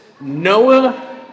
Noah